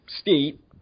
state